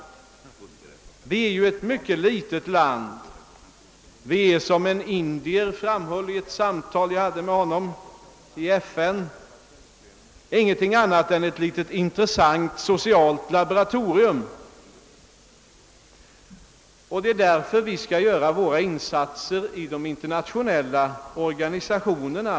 Sverige är ett mycket litet land; vi är som en indier framhöll vid ett samtal jag hade med honom i FN ingenting annat än ett litet, intressant, socialt laboratorium. Det är därför vi skall göra våra insatser i de internationella organisationerna.